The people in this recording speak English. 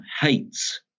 hates